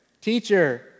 Teacher